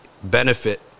Benefit